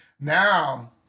Now